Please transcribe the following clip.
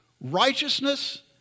Righteousness